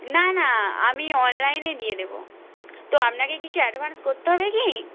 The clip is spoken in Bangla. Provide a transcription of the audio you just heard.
না না আমি অনলাইনে দিয়ে দেবো তো আপনাকে কিছু অ্যাডভান্স করতে হবে কি